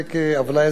עוולה אזרחית.